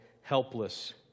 helpless